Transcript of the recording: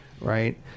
right